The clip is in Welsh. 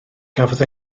gafodd